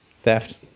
theft